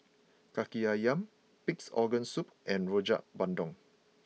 Kaki Ayam Pig'S Organ Soup and Rojak Bandung